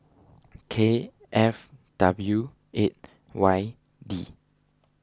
K F W eight Y D